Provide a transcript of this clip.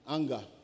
Anger